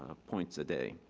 um points a day,